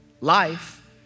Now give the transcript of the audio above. Life